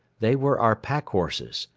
they were our pack horses,